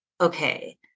okay